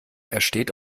ersteht